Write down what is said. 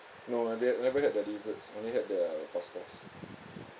no lah that never get their desserts only had their pastas